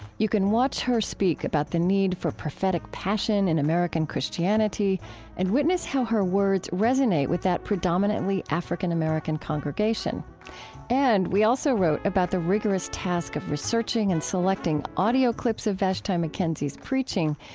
you can watch her speak about the need for prophetic passion in american christianity and witness how her words resonate with that predominately african-american congregation and we also wrote about the rigorous task of researching and selecting audio clips of vashti mckenzie's preaching.